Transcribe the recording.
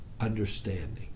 understanding